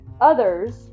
others